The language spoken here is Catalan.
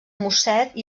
mosset